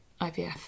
IVF